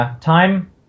Time